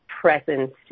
presence